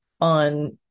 on